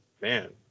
man